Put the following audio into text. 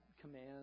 command